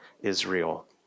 Israel